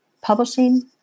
publishing